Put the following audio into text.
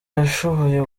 yashoboye